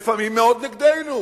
ולפעמים מאוד נגדנו,